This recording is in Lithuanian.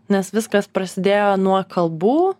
nes viskas prasidėjo nuo kalbų